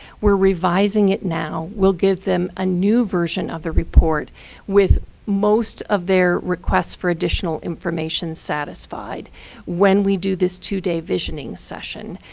we're revising it now. we'll give them a new version of the report with most of their requests for additional information satisfied when we do this two-day visioning session.